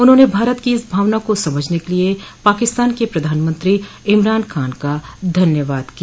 उन्होंने भारत की इस भावना को समझने के लिए पाकिस्तान के प्रधानमंत्री इमरान खान का धन्यवाद किया